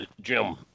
Jim